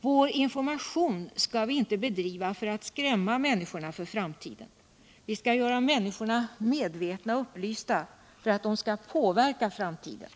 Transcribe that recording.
Vår information skall vi inte bedriva för att skrämma människorna för framtiden. Vi skall göra människorna medvetna och upplysta för att de skall påverka framtiden.